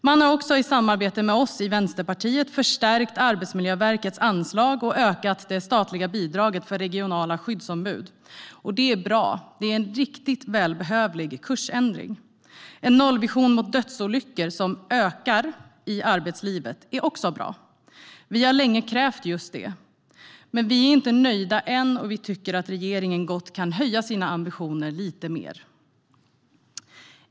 Man har också, i samarbete med oss i Vänsterpartiet, förstärkt Arbetsmiljöverkets anslag och ökat det statliga bidraget för regionala skyddsombud. Det är bra. Det är en riktigt välbehövlig kursändring. En nollvision mot dödsolyckor i arbetslivet, som ökar, är också bra. Vi har länge krävt just det. Men vi är inte nöjda än, och vi tycker att regeringen gott kan höja sina ambitioner lite mer.